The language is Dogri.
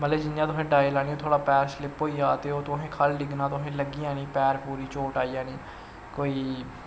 मतलव जियां तुसें डाई लानी होए थुआढ़ा पैर स्लिप होई जा ते तुसें खल्ल डिग्गना तुसें लग्गी जानी पैर पूरी चोट आई जानी कोई